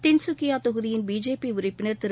தின் சுகியா தொகுதியின் பிஜேபி உறுப்பினர் திரு